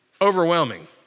overwhelming